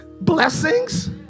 blessings